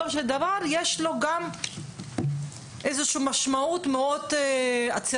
בסופו של דבר יש לו גם איזושהי משמעות מאוד הצהרתית.